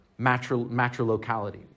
matrilocality